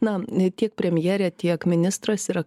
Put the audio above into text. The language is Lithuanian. na ne tiek premjerė tiek ministras yra